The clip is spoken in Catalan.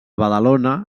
badalona